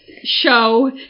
Show